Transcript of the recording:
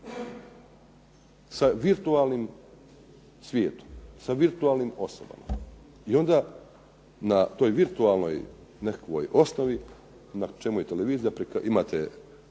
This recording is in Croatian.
Sa virtualnim svijetom, sa virtualnim osobama i onda na toj virtualnoj nekakvoj osnovi na čemu je televizija imate